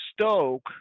stoke